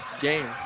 game